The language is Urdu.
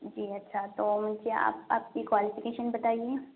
جی اچھا تو کیا آپ آپ کی کوالیفکیشن بتائیے